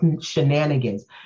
shenanigans